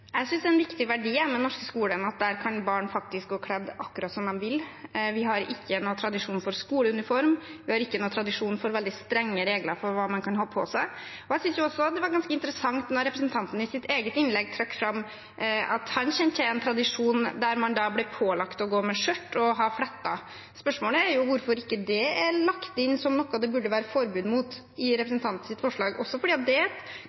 Jeg synes det er en viktig verdi i den norske skolen at der kan barn faktisk gå kledd akkurat som de vil. Vi har ikke noen tradisjon for skoleuniform, og vi har ikke noen tradisjon for veldig strenge regler for hva man kan ha på seg. Jeg synes også det var ganske interessant da representanten i sitt eget innlegg trakk fram at han kjente til en tradisjon der man ble pålagt å gå med skjørt og ha fletter. Spørsmålet er hvorfor ikke det er lagt inn som noe det burde være forbud mot, i representantens forslag – fordi det kan være et eksempel på negativ sosial kontroll, det kan være et